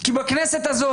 כי בכנסת הזאת,